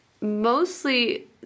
mostly